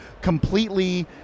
Completely